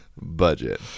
budget